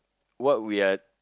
what we are